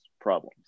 problems